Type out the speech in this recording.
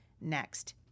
next